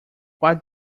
what